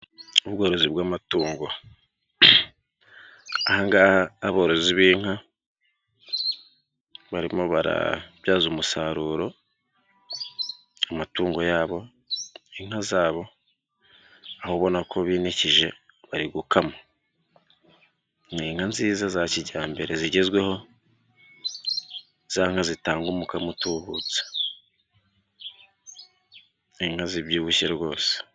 Ubworozi bw'amatungo. Aha ngaha aborozi b'inka, barimo barabyaza umusaruro amatungo yabo, inka zabo, aho ubona ko binikije bari gukama. Ni inka nziza za kijyambere zigezweho, za nka zitanga umukamo utubutse. Ni inka zibyibushye rwose.